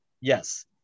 Yes